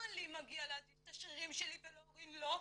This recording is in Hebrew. למה לי מגיע להזיז את השרירים שלי ולאורין לא?